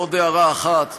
עוד הערה אחת: